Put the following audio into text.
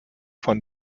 von